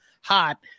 hot